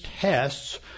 tests